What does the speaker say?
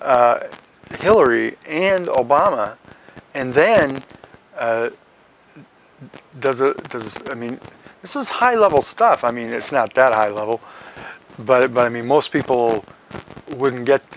hillary and obama and then does it does that mean this is high level stuff i mean it's not that high level but it but i mean most people wouldn't get